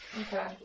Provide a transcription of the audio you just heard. Okay